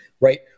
right